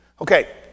Okay